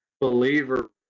believer